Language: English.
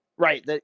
Right